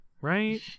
right